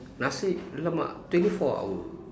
nasi lemak twenty four hour